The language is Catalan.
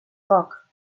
poc